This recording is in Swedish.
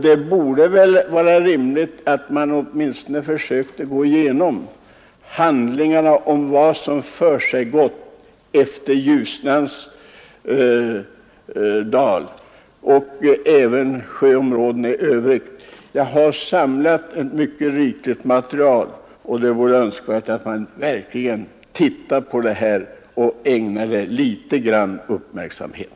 Det borde väl vara rimligt att man åtminstone försökte gå igenom handlingarna för att undersöka vad som skedde i fråga om Ljusnans dalgång och även sjöområdena i övrigt. Jag har samlat ett mycket rikligt material, och det vore önskvärt att man verkligen grundligt tittade på den här frågan och ägnade den uppmärksamhet.